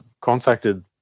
contacted